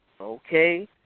okay